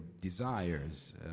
desires